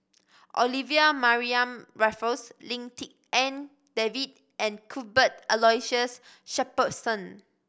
Olivia Mariamne Raffles Lim Tik En David and Cuthbert Aloysius Shepherdson